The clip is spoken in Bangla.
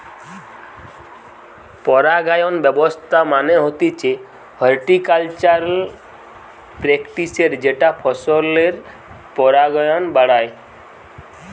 পরাগায়ন ব্যবস্থা মানে হতিছে হর্টিকালচারাল প্র্যাকটিসের যেটা ফসলের পরাগায়ন বাড়ায়